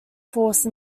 force